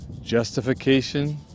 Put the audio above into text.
Justification